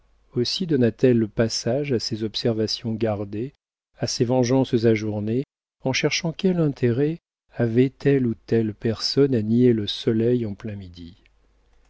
aussi donna t elle passage à ses observations gardées à ses vengeances ajournées en cherchant quel intérêt avait telle ou telle personne à nier le soleil en plein midi